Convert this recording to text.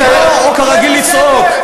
הוא רגיל לצעוק.